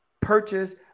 purchase